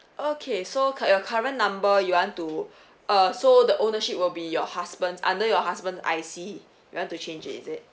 okay so cu~ your current number you want to uh so the ownership will be your husband's under your husband I_C you want to change it is it